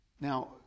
Now